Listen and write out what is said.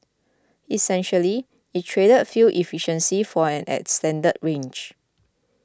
essentially it traded fuel efficiency for an extended range